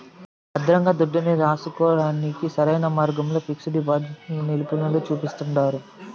భద్రంగా దుడ్డుని రాసుకోడానికి సరైన మార్గంగా పిక్సు డిపాజిటిని నిపునులు సూపిస్తండారు